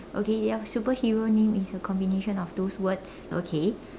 okay your superhero name is a combination name of those words okay